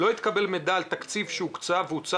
לא התקבל מידע על תקציב שהוקצב והוצא